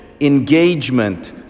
engagement